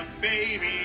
baby